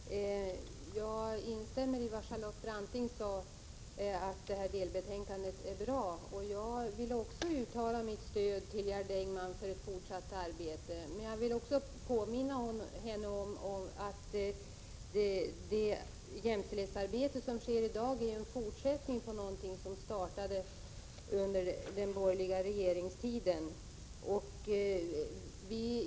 Herr talman! Jag instämmer i vad Charlotte Branting sade, att delbetänkandet är bra. Jag vill också uttala mitt stöd till Gerd Engman för fortsatt arbete. Men jag vill påminna henne om att det jämställdhetsarbete som nu bedrivs är en fortsättning på någonting som startade under den borgerliga regeringstiden.